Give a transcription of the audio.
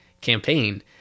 campaign